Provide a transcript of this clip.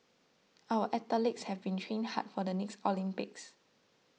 our athletes have been training hard for the next Olympics